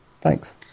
Thanks